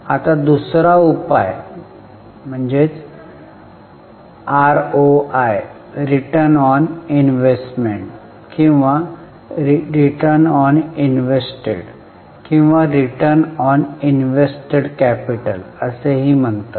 आता दुसरा उपाय आरओआय याला रिटर्न ऑन इनव्हेस्ट्ड किंवा इन्व्हेस्टमेंट किंवा रिटर्न ऑन इन्व्हेस्टेड कॅपिटल असेही म्हणतात